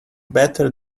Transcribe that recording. better